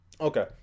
Okay